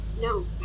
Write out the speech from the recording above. No